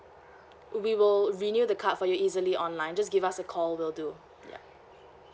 we will renew the card for you easily online just give us a call will do yup